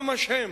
ממש הם,